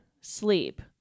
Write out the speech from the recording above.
sleep